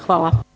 Hvala.